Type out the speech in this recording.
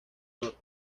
norte